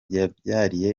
yabyariye